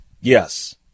Yes